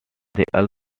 they